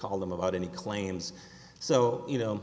called them about any claims so you know